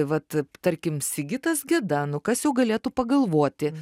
vat tarkim sigitas geda nu kas jau galėtų pagalvoti